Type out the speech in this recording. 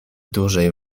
dużej